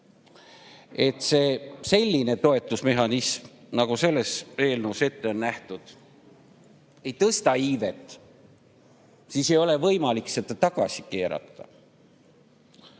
et selline toetusmehhanism, nagu selles eelnõus on ette nähtud, ei tõsta iivet, siis ei ole võimalik seda tagasi keerata